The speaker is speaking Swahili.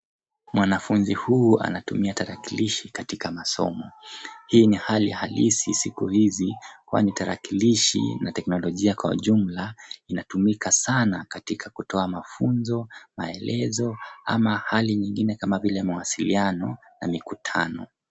Mwanafunzi huyu anatumia tarakilishi katika masomo. Hii ni hali halisi siku hizi kwani tarakilishi na teknolojia kwa ujumla inatumika sana katika kutoa mafunzo maelezo ama hali nyingine kama vili mawasiliano na mikutano.